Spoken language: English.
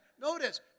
Notice